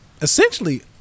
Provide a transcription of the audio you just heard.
essentially